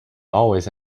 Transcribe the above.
always